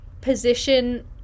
position